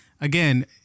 again